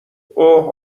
اوه